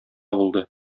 булды